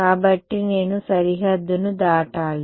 కాబట్టి నేను సరిహద్దును దాటాలి